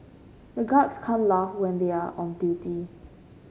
the guards can't laugh when they are on duty